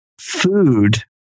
food